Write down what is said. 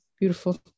beautiful